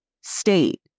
state